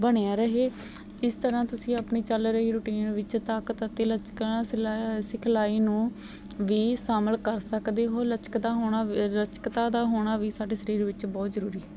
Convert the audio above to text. ਬਣਿਆ ਰਹੇ ਇਸ ਤਰ੍ਹਾਂ ਤੁਸੀਂ ਆਪਣੀ ਚੱਲ ਰਹੀ ਰੂਟੀਨ ਵਿੱਚ ਤਾਕਤ ਅਤੇ ਲਚਕਨਾ ਸਿਲਾ ਸਿਖਲਾਈ ਨੂੰ ਵੀ ਸ਼ਾਮਿਲ ਕਰ ਸਕਦੇ ਹੋ ਲਚਕਦਾ ਹੋਣਾ ਲਚਕਤਾ ਦਾ ਹੋਣਾ ਵੀ ਸਾਡੇ ਸਰੀਰ ਵਿੱਚ ਬਹੁਤ ਜ਼ਰੂਰੀ ਹੈ